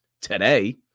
today